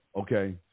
Okay